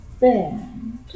band